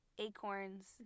Acorns